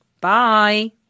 Bye